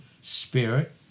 Spirit